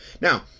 Now